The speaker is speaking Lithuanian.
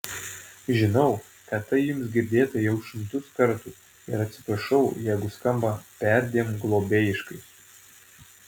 žinau kad tai jums girdėta jau šimtus kartų ir atsiprašau jeigu skamba perdėm globėjiškai